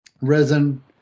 resin